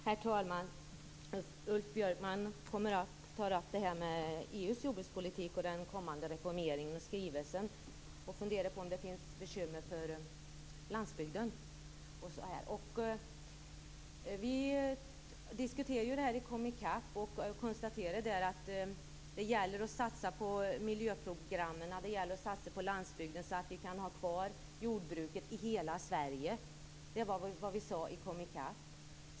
Herr talman! Ulf Björklund tar upp den kommande reformeringen av EU:s jordbrukspolitik och skrivelsen. Han funderar på om det finns bekymmer för landsbygden. Vi diskuterar detta i KomiCAP. Vi konstaterar där att det gäller att satsa på miljöprogrammen och på landsbygden så att vi kan ha kvar jordbruket i hela Sverige. Det var vad vi sade i KomiCAP.